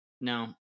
no